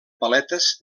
paletes